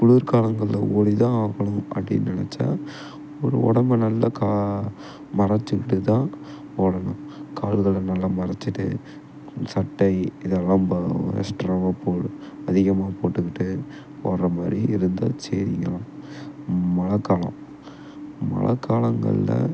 குளிர்காலங்களில் ஓடி தான் ஆகணும் அப்படின்னு நினச்சா ஒரு உடம்பை நல்ல கா மறைச்சிக்கிட்டு தான் ஓடணும் கால்களை நல்லா மறைச்சிட்டு சட்டை இது எல்லாம் போ எஸ்ட்ராவாக போ அதிகமாக போட்டுக்கிட்டு போகற மாதிரி இருந்தால் சேரிங்கலாம் மழைக்காலம் மழைக்காலங்கள்ல